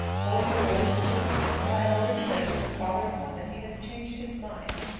four new boys were to have come, but i have already heard from the father of one that he has changed his mind.